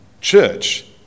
church